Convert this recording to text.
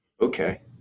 Okay